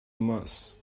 moss